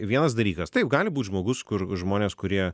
vienas dalykas taip gali būt žmogus kur žmonės kurie